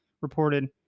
reported